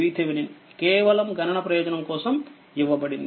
VOCVTh కేవలం గణన ప్రయోజనం కోసంఇవ్వబడింది